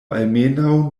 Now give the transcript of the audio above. almenaŭ